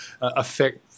affect